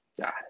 God